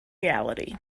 reality